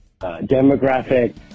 demographic